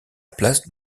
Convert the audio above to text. place